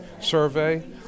survey